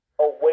away